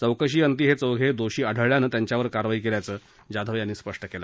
चौकशीअंती हे चौघे दोषी आढळल्यानं त्यांच्यावर कारवाई केल्याचं जाधव यांनी सांगितलं